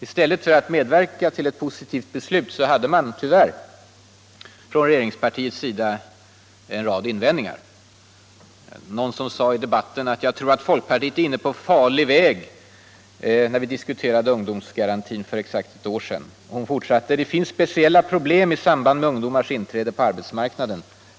I stället för att medverka till ett positivt beslut hade man tyvärr från regeringspartiets sida en rad invändningar. Det var en socialdemokrat som i riksdagsdebatten om ungdomsgarantin för exakt ett år sedan sade att folkpartiet är inne på en farlig väg. Hon fortsatte: ”Det finns speciella problem i samband med ungdomars inträde på arbetsmarknaden.